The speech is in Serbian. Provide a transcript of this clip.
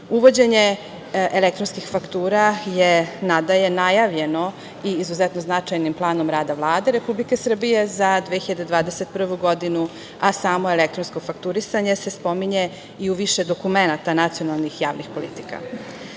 Uvođenje elektronskih faktura je nadalje najavljeno i izuzetno značajnim planom rada Vlade Republike Srbije za 2021. godini, a samo elektronsko fakturisanje se spominje i u više dokumenata nacionalnih javnih politika. Cilj